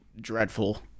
dreadful